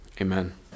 Amen